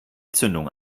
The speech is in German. zündung